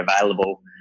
available